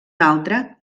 altre